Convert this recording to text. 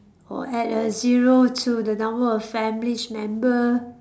or add a zero to the number of family's member